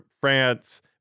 france